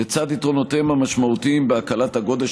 לצד יתרונותיהם המשמעותיים בהקלת הגודש,